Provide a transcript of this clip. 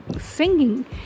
singing